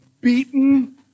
beaten